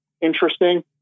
interesting